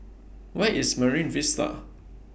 Where IS Marine Vista